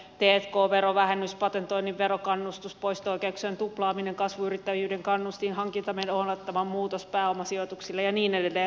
t k verovähennys patentoinnin verokannustus poisto oikeuksien tuplaaminen kasvuyrittäjyyden kannustin hankintameno olettaman muutos pääomasijoituksille ja niin edelleen